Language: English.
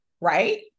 Right